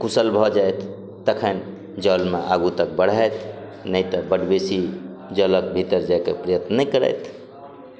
कुशल भऽ जायत तखन जलमे आगू तक बढ़ैत नहि तऽ बड बेसी जलक भीतर जाए कऽ प्रयत्न नहि करथि